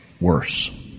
worse